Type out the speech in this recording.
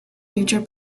future